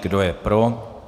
Kdo je pro?